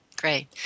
Great